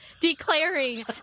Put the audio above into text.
declaring